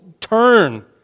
turn